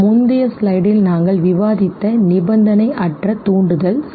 முந்தைய ஸ்லைடில் நாங்கள் விவாதித்த நிபந்தனையற்ற தூண்டுதல் சரி